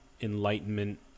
enlightenment